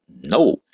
No